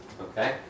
Okay